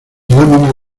láminas